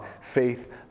Faith